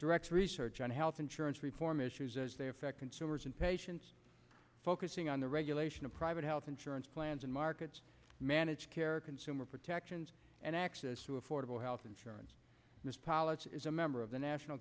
directs research on health insurance reform issues as they affect consumers and patients focusing on the regulation of private health insurance plans in markets managed care consumer protections and access to affordable health insurance policy is a member of the national